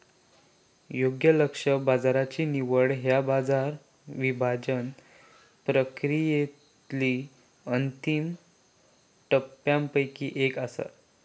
योग्य लक्ष्य बाजाराची निवड ह्या बाजार विभाजन प्रक्रियेतली अंतिम टप्प्यांपैकी एक असा